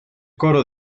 coro